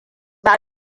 ba